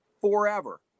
forever